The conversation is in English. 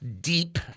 Deep